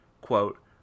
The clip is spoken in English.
quote